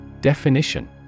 Definition